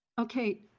okay